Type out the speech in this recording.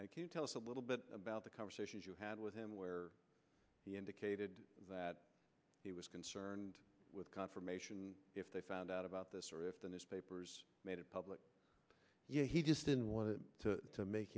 you tell us a little bit about the conversations you had with him where he indicated that he was concerned with confirmation if they found out about this or if the newspapers made it public he just didn't want to make